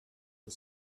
the